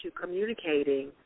communicating